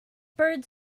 birds